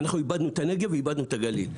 אנחנו איבדנו את הנגב ואיבדנו את הגליל.